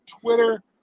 Twitter